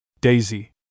Daisy